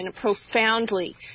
profoundly